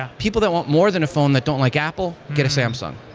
ah people that want more than a phone that don't like apple, get a samsung.